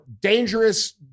dangerous